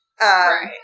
Right